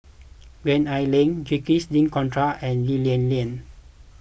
Gwee Ah Leng Jacques De Coutre and Lee Lian Lian